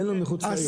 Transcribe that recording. אין לו מחוץ לעיר.